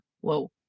whoa